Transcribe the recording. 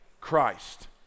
Christ